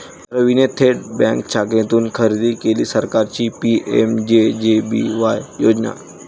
रवीने थेट बँक शाखेतून खरेदी केली सरकारची पी.एम.जे.जे.बी.वाय योजना